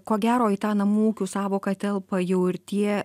ko gero į tą namų ūkių sąvoką telpa jau ir tie